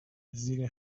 زیر